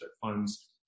funds